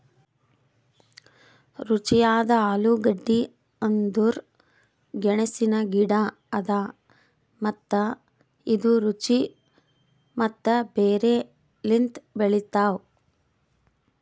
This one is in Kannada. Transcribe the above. ರುಚಿಯಾದ ಆಲೂಗಡ್ಡಿ ಅಂದುರ್ ಗೆಣಸಿನ ಗಿಡ ಅದಾ ಮತ್ತ ಇದು ರುಚಿ ಮತ್ತ ಬೇರ್ ಲಿಂತ್ ಬೆಳಿತಾವ್